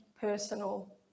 personal